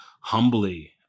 humbly